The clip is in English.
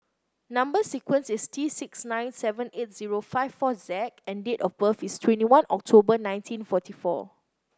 number sequence is T six nine seven eight zero five four Z and date of birth is twenty one October nineteen forty four